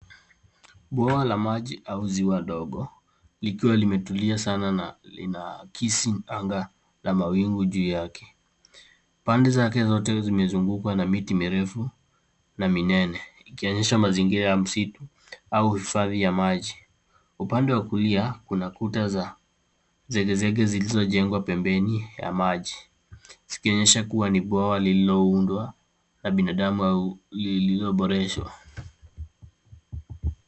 Bwawa la maji au ziwa ndogo likiwa limetulia sana na linakisi anga la mawingu juu yake. Pande zake zote zimezungukwa na miti mirefu na minene ikionyesha mazingira ya msitu au hifadhi ya maji. Upande wa kulia, kuna kuta za zegezege zilizojengwa pembeni ya maji zikionyesha ni bwawa lilioundwa na binadamu au lililoboreshwa.